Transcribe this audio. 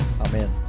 Amen